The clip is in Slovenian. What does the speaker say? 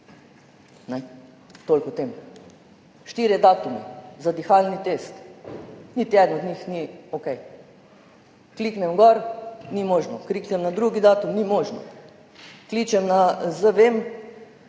Toliko o tem. Štirje datumi za dihalni test, niti eden od njih ni okej. Kliknem gor, ni možno. Kliknem na drugi datum, ni možno. Kličem na zVEM